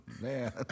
Man